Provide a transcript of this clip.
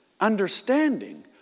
understanding